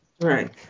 Right